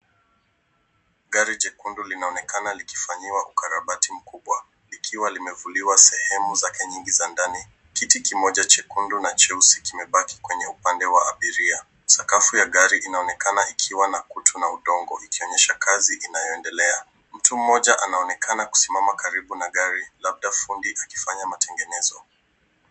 Gari jekundu linaonekana likifanyiwa ukarabati mkubwa likiwa limvuliwa sehemu zake nyingi za ndani. Kiti kimoja chekundu na cheusi kimebaki kwenye upande wa abiria. Sakafu ya gari inaonekana ikiwa na kutu na udongo ikionyesha kazi inayoendelea. Mtu mmoja anaonekana kusimama karibu na gari labda fundi akifanya matengenezo.